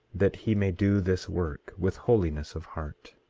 that he may do this work with holiness of heart.